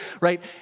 right